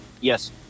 Yes